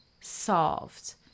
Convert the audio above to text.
solved